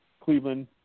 Cleveland